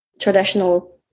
traditional